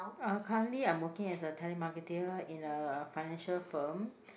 uh currently I am working as a telemarketer in a financial firm